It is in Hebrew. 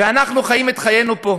ואנחנו חיים את חיינו פה.